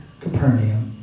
Capernaum